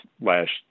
last